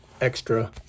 extra